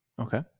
Okay